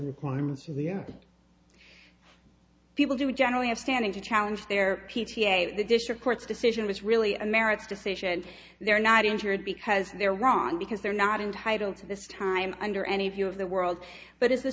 requirements people do generally have standing to challenge their p t a the district court's decision was really a merits decision they're not injured because they're wrong because they're not entitled to this time under any view of the world but as the